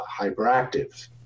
hyperactive